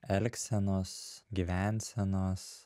elgsenos gyvensenos